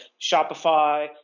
Shopify